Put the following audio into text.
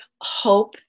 hope